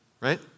right